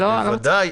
בוודאי.